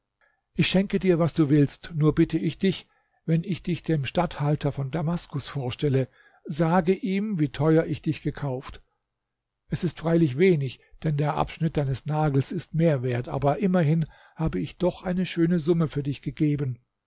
ich schenke dir was du willst nur bitte ich dich wenn ich dich dem statthalter von damaskus vorstelle sage ihm wie teuer ich dich gekauft es ist freilich wenig denn der abschnitt deines nagels ist mehr wert aber immerhin habe ich doch eine schöne summe für dich gegeben